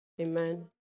Amen